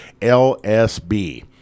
LSB